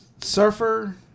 surfer